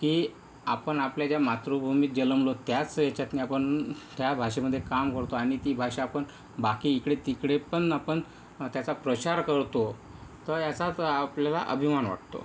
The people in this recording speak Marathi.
की आपण आपल्या ज्या मातृभूमीत जलमलो त्याच हेच्यातनी आपण त्या भाषेमध्ये काम करतो आणि ती भाषा आपण बाकी इकडे तिकडे पण आपण त्याचा प्रचार करतो तर याचाच आपल्याला अभिमान वाटतो